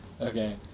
Okay